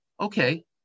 okay